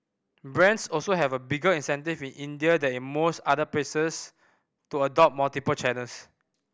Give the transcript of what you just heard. brands also have had a bigger incentive in India than in most other places to adopt multiple channels